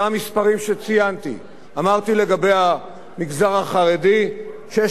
אמרתי, לגבי המגזר החרדי, 6,000 ב-2016,